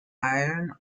iron